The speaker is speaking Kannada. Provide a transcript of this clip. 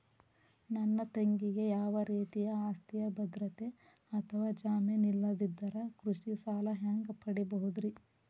ನನ್ನ ತಂಗಿಗೆ ಯಾವ ರೇತಿಯ ಆಸ್ತಿಯ ಭದ್ರತೆ ಅಥವಾ ಜಾಮೇನ್ ಇಲ್ಲದಿದ್ದರ ಕೃಷಿ ಸಾಲಾ ಹ್ಯಾಂಗ್ ಪಡಿಬಹುದ್ರಿ?